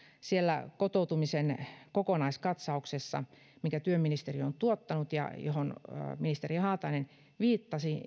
siellä kotoutumisen kokonaiskatsauksessa jonka työministeri on tuottanut ja johon ministeri haatainen viittasi